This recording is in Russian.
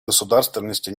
государственности